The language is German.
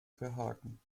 verhaken